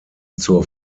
zur